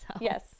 Yes